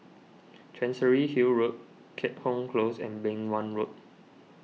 Chancery Hill Road Keat Hong Close and Beng Wan Road